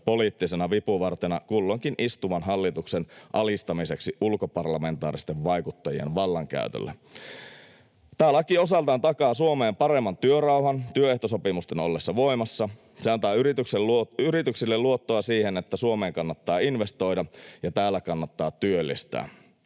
poliittisena vipuvartena kulloinkin istuvan hallituksen alistamiseksi ulkoparlamentaaristen vaikuttajien vallankäytölle. Tämä laki osaltaan takaa Suomeen paremman työrauhan työehtosopimusten ollessa voimassa. Se antaa yrityksille luottoa siihen, että Suomeen kannattaa investoida ja täällä kannattaa työllistää.